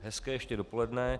Hezké ještě dopoledne.